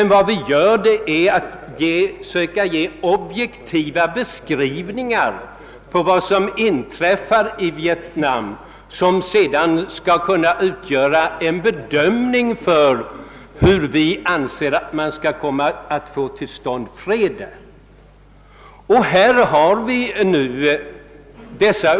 Vi försöker endast ge en objektiv beskrivning av vad som inträffar i Vietnam, och som skall kunna läggas till grund för vår bedömning av hur fred skall kunna uppnås.